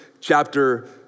chapter